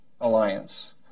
alliance